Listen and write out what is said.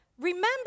remember